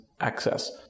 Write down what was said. access